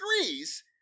agrees